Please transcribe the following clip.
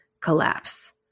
collapse